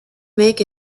make